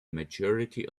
majority